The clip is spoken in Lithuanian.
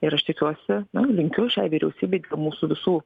ir aš tikiuosi na linkiu šiai vyriausybei dėl mūsų visų